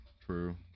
true